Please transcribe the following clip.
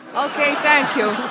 okay, thank you!